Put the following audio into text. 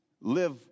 live